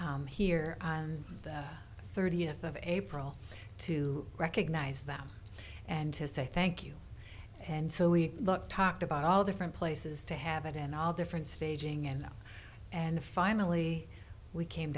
here on the thirtieth of april to recognize them and to say thank you and so we looked talked about all different places to have it and all different staging and and finally we came